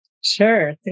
Sure